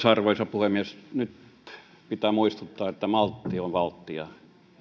arvoisa puhemies nyt pitää muistuttaa että maltti on valttia